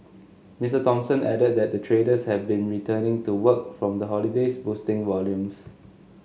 Mister Thompson added that traders have been returning to work from the holidays boosting volumes